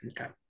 Okay